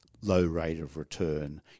low-rate-of-return